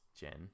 gen